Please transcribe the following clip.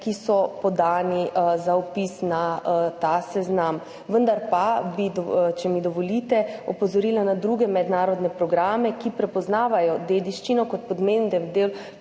ki so podani za vpis na ta seznam. Vendar pa bi, če mi dovolite, opozorila na druge mednarodne programe, ki prepoznavajo dediščino kot pomemben del